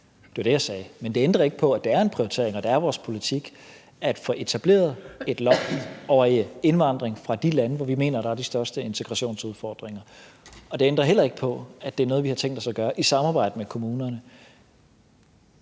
Det var det, jeg sagde. Men det ændrer ikke på, at det er en prioritering, og at det er vores politik at få etableret et loft over indvandring fra de lande, hvor vi mener der er de største integrationsudfordringer. Det ændrer heller ikke på, at det er noget, vi har tænkt os at gøre i samarbejde med kommunerne.